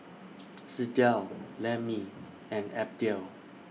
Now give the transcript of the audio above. Sydell Lemmie and Abdiel